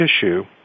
tissue